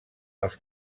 els